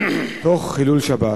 תוך חילול שבת.